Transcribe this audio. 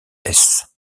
hesse